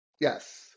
Yes